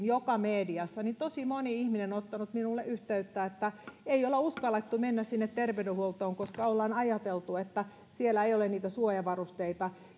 joka mediassa niin tosi moni ihminen on ottanut minuun yhteyttä että ei olla uskallettu mennä sinne terveydenhuoltoon koska ollaan ajateltu että vielä ei ole niitä suojavarusteita